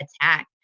attack